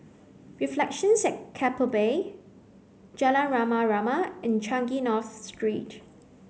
reflections at Keppel Bay Jalan Rama Rama and Changi North Street